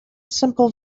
simple